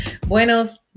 Buenos